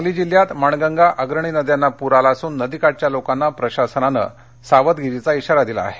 सांगली जिल्ह्यात माणगंगा अग्रणी नद्यांना पूर आला असून नदीकाठच्या लोकांना प्रशासनाने सावधानतेचा धारा दिला आहे